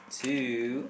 two